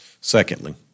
Secondly